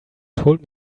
told